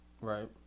Right